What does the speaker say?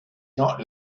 not